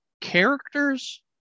characters